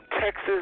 Texas